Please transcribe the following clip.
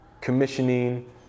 commissioning